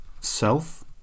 self